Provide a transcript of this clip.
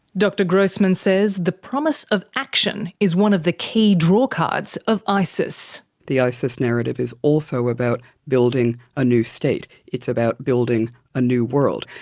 dr grossman says the promise of action is one of the key drawcards of isis. the isis narrative is also about building a new state. it's about building a new world.